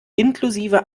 inklusive